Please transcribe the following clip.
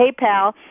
PayPal